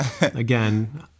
Again